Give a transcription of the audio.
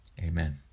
Amen